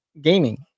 gaming